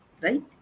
Right